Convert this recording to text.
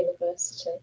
University